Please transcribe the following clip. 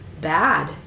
bad